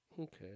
Okay